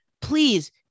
please